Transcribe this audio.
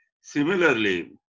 similarly